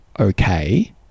Okay